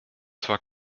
zwar